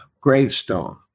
gravestone